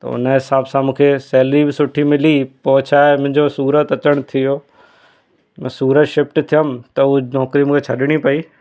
त हुन हिसाब सां मूंखे सैलरी बि सुठी मिली पोइ छाहे मुंहिंजो सूरत अचण थियो मां सूरत शिफ्ट थियमि त हूअ नौकिरी मूंखे छॾिणी पेई